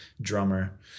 drummer